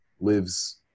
lives